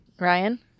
Ryan